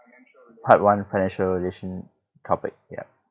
part one financial relation topic ya